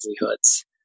livelihoods